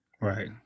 Right